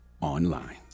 online